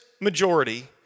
majority